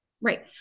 Right